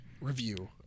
review